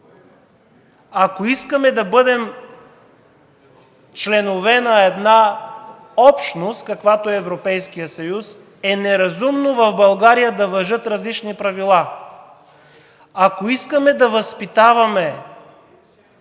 Ако искаме да бъдем членове на една общност, каквато е Европейският съюз, е неразумно в България да важат различни правила. Ако искаме да възпитаваме